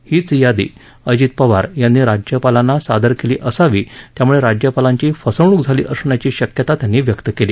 हीच यादी अजित पवार यांनी राज्यपालांना सादर केली असावी त्यामुळे राज्यपालांची फसवणूक झाली असण्याची शक्यता त्यांनी व्यक्त केली